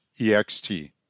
ext